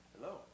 Hello